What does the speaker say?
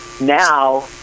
Now